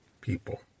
people